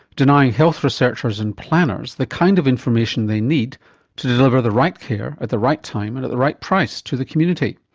denying health researchers and planners the kind of information they need to deliver the right care at the right time and at the right price to the community.